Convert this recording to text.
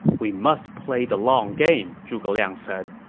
we must play the long game, zhuge liang said.